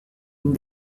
une